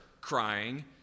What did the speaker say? crying